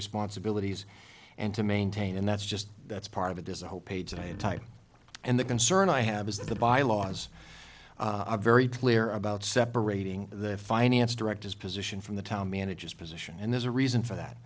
responsibilities and to maintain and that's just that's part of it is a whole page that i had typed and the concern i have is that the bylaws are very clear about separating the finance directors position from the town manager's position and there's a reason for that